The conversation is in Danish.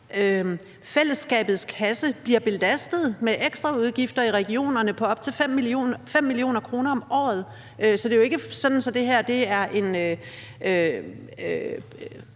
Fællesskabets kasse bliver belastet med ekstra udgifter i regionerne på op til 5 mio. kr. om året, så det er jo ikke sådan, at det her det er